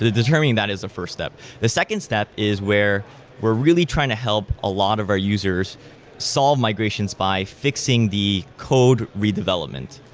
determining that is the first step the second step is where we're really trying to help a lot of her users solve migrations by fixing the code redevelopment.